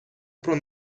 про